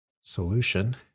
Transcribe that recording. solution